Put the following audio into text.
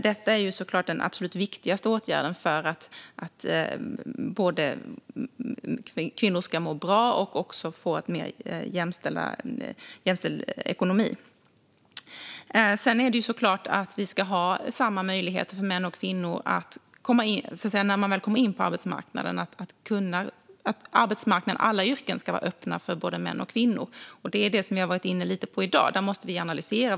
Detta är såklart den absolut viktigaste åtgärden både för att kvinnor ska må bra och för att de ska få en mer jämställd ekonomi. Såklart ska män och kvinnor ha samma möjligheter. När man väl kommer in på arbetsmarknaden ska alla yrken vara öppna för både män och kvinnor. Det är det som jag har varit inne lite på i dag att vi måste analysera.